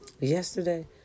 yesterday